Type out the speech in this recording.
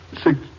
six